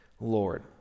Lord